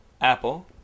Apple